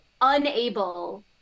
unable